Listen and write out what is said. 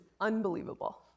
unbelievable